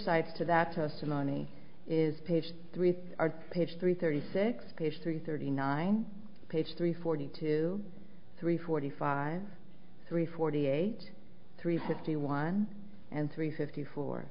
side to that testimony is page three are page three thirty six page three thirty nine page three forty two three forty five three forty eight three fifty one and three fifty fo